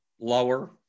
Lower